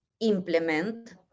implement